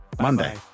monday